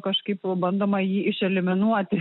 kažkaip bandoma jį išeliminuoti